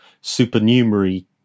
supernumerary